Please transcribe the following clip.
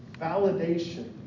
validation